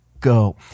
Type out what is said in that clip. go